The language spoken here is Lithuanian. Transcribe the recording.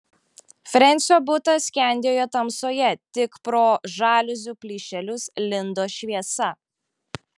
frensio butas skendėjo tamsoje tik pro žaliuzių plyšelius lindo šviesa